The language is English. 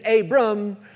Abram